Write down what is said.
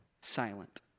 silent